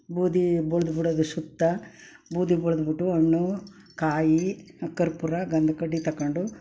ಬೂದಿ ಬಳ್ದು ಬಿಡೋದು ಸುತ್ತ ಬೂದಿ ಬಳಿದ್ಬಿಟ್ಟು ಹಣ್ಣು ಕಾಯಿ ಕರ್ಪೂರ ಗಂಧದ ಕಡ್ಡಿ ತಗೊಂಡು